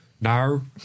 no